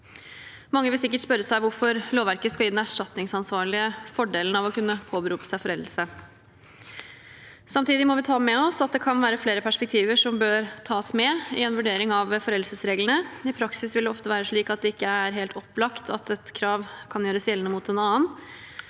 Mange vil sikkert spørre seg hvorfor lovverket skal gi den erstatningsansvarlige fordelen av å kunne påberope seg foreldelse. Samtidig må vi ta med oss at det kan være flere perspektiver som bør tas med i en vurdering av foreldelsesreglene. I praksis vil det ofte være slik at det ikke er helt opplagt at et krav kan gjøres gjeldende mot en annen.